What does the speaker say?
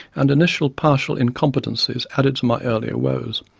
and initial partial incompetencies added to my earlier woes.